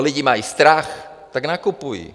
Lidé mají strach, tak nakupují.